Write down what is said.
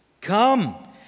Come